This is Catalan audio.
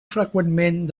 freqüentment